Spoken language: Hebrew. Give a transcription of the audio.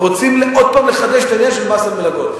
ורוצים עוד פעם לחדש את העניין של מס על מלגות.